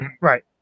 Right